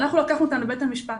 ואנחנו לקחנו אותן לבית המשפט